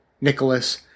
Nicholas